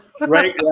Right